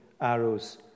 arrows